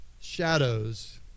shadows